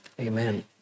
Amen